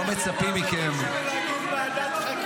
לא מצפים מכם ------ ועדת חקירה.